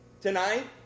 tonight